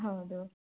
ಹೌದು